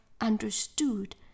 understood